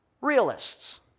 realists